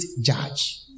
judge